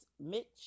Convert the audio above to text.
Mitch